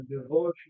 devotion